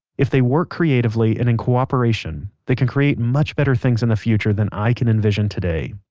if they work creatively and in cooperation they can create much better things in the future than i can envision today.